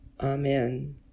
Amen